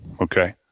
Okay